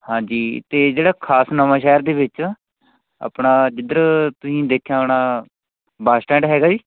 ਹਾਂਜੀ ਅਤੇ ਜਿਹੜਾ ਖਾਸ ਨਵਾਂ ਸ਼ਹਿਰ ਦੇ ਵਿੱਚ ਆਪਣਾ ਜਿੱਧਰ ਤੁਸੀਂ ਦੇਖਿਆ ਹੋਣਾ ਬੱਸ ਸਟੈਂਡ ਹੈਗਾ ਜੀ